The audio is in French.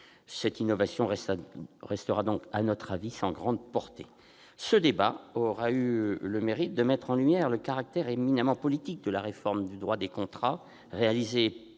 Cette innovation restera donc, à notre avis, sans grande portée. Ce débat aura eu le mérite de mettre en lumière le caractère éminemment politique de la réforme du droit des contrats, réalisée par